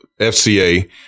FCA